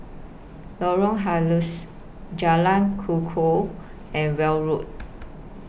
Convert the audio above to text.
Lorong Halus Jalan Kukoh and Welm Road